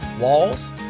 walls